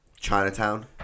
Chinatown